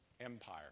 empire